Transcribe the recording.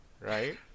right